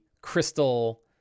crystal